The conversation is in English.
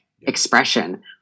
expression